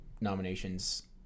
nominations